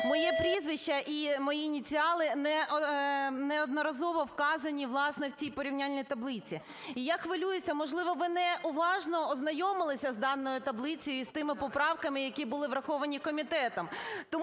Моє прізвище і мої ініціали неодноразово вказані, власне, в цій порівняльній таблиці. І я хвилююся, можливо, ви неуважно ознайомилися з даною таблицею і з тими поправками, які були враховані комітетом.